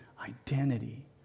identity